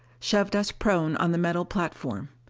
shoved us prone on the metal platform.